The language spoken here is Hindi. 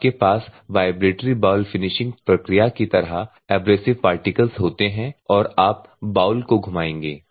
आपके पास वाइब्रेटरी बाउल फिनिशिंग प्रक्रिया की तरह एब्रेसिव पार्टिकल्स होते हैं और आप बाउल को घुमाएंगे